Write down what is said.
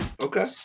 Okay